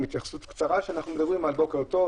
התייחסות קצרה על כך שאנחנו מדברים על "בוקר טוב,